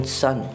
son